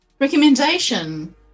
Recommendation